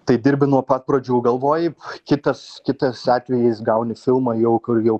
tai dirbi nuo pat pradžių galvoji kitas kitas atvejis gauni filmą jau kur jau